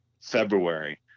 February